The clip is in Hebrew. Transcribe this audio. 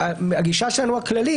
הגישה שלנו הכללית,